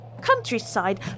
countryside